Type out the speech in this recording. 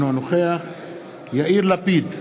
אינו נוכח יאיר לפיד,